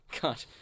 God